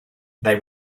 they